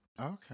Okay